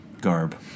garb